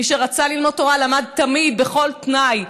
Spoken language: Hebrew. מי שרצה ללמוד תורה, למד תמיד בכל תנאי,